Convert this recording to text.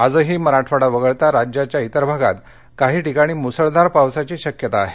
आजही मराठवाडा वगळता राज्याच्या तिर भागात काही ठिकाणी मुसळधार पावसाची शक्यता आहे